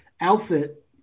Outfit